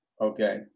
okay